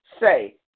Say